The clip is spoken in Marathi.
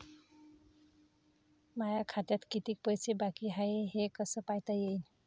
माया खात्यात कितीक पैसे बाकी हाय हे कस पायता येईन?